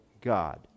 God